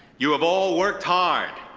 you have all worked hard,